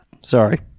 sorry